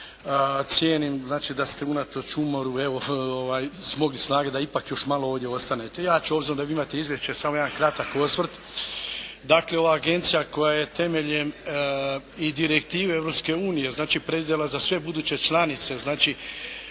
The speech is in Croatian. Cijenim znači da ste unatoč umoru evo smogli snage da ipak još malo ovdje ostanete. Ja ću obzirom da vi imate izvješće samo jedan kratak osvrt. Dakle ova agencija koja je temeljem i direktive Europske unije znači predvidjela za sve buduće članice